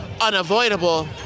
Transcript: unavoidable